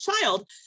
child